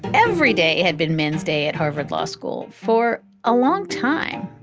every day had been men's day at harvard law school for a long time.